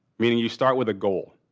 meaning, you start with a goal.